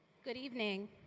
good evening,